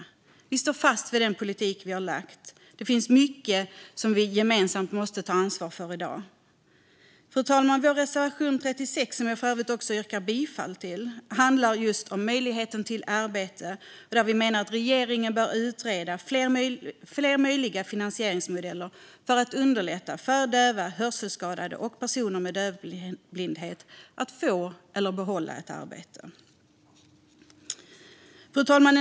Vi står fast vid den politik vi har lagt. Det finns mycket som vi gemensamt måste ta ansvar för i dag. Fru talman! Vår reservation 36, som jag för övrigt yrkar bifall till, handlar just om möjligheten till arbete. Vi menar att regeringen bör utreda fler möjliga finansieringsmodeller för att underlätta för döva, hörselskadade och personer med dövblindhet att få eller behålla ett arbete. Fru talman!